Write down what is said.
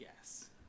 yes